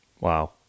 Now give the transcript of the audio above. Wow